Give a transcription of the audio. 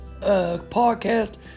podcast